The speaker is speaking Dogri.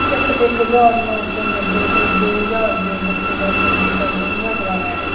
सिर्फ इक हजार नौ सौ नब्बै ते दो हजार दे बिच्चै दा संगीत एल्बम गै चलाना ऐ